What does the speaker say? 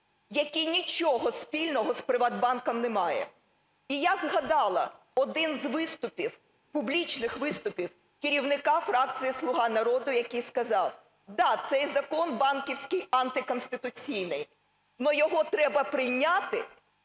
який нічого спільного з "ПриватБанком" не має. І я згадала один з виступів, публічних виступів керівника фракції "Слуга народу", який сказав: "Да, цей закон банківський антиконституційний, но його треба прийняти,